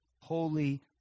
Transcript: holy